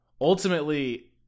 ultimately